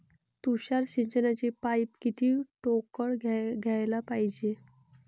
तुषार सिंचनाचे पाइप किती ठोकळ घ्याले पायजे?